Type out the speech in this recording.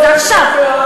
אז למה לא הצבעת בעד?